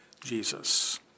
Jesus